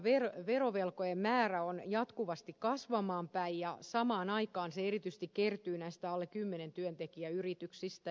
rakennusalan verovelkojen määrä on jatkuvasti kasvamaan päin ja samaan aikaan se erityisesti kertyy näistä alle kymmenen työntekijän yrityksistä